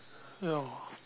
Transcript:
ya